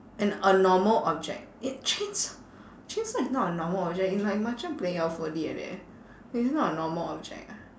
and a normal object a chainsaw chainsaw is not a normal object it's like macam like that eh it's not a normal object ah